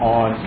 on